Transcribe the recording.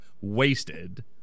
wasted